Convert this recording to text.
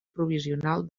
provisional